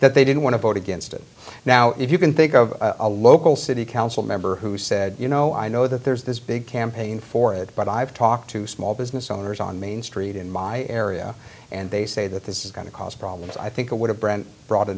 that they didn't want to vote against it now if you can think of a local city council member who said you know i know that there's this big campaign for it but i've talked to small business owners on main street in my area and they say that this is going to cause problems i think it would have brant brought a